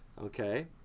Okay